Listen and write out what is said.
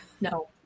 No